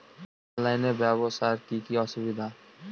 অনলাইনে ব্যবসার কি কি অসুবিধা?